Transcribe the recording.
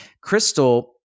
Crystal